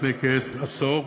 לפני כעשור.